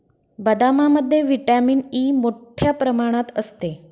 बदामामध्ये vitamin E मोठ्ठ्या प्रमाणात असते